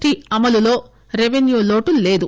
T అమలులో revenue లోటు లేదు